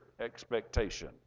expectation